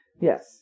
Yes